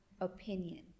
opinion